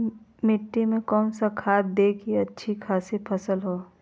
मिट्टी में कौन सा खाद दे की अच्छी अच्छी खासी फसल हो?